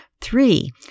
Three